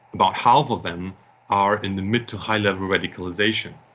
about half of them are in the mid to high level radicalisation.